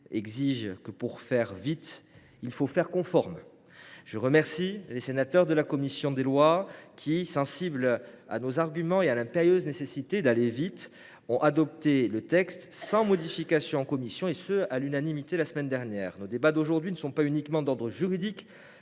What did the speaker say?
exige pour faire vite de faire conforme. À cet égard, je remercie les sénateurs de la commission des lois, qui, sensibles à nos arguments et à l’impérieuse nécessité d’aller vite, ont adopté le texte sans modification et à l’unanimité la semaine dernière. Nos débats d’aujourd’hui ne sont pas uniquement d’ordre juridique,